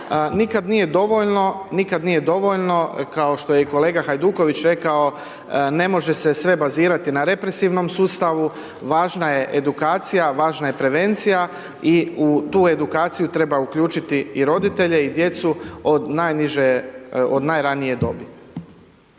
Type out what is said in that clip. nikad nije dovoljno, kao što je i kolega Hajduković rekao, ne može se sve bazirati na represivnom sustavu, važna je edukacija, važna je prevencija i u tu edukaciju treba uključiti i roditelje i djecu od najniže, od